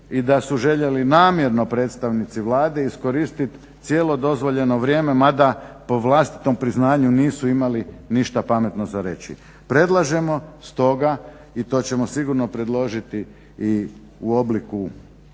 i da su željeli namjerno predstavnici Vlade iskoristit cijelo dozvoljeno vrijeme mada po vlastitom priznanju nisu imali ništa pametno za reći. Predlažemo stoga i to ćemo sigurno predložiti i u obliku